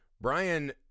Brian